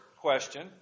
question